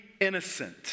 innocent